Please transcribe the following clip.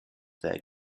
their